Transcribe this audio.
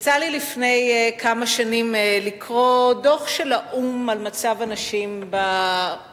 יצא לי לפני כמה שנים לקרוא דוח של האו"ם על מצב הנשים בעולם.